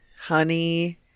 Honey